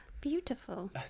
Beautiful